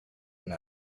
and